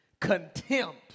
contempt